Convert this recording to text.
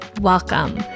welcome